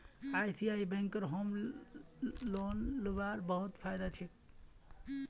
ICICI बैंकत home loan लीबार बहुत फायदा छोक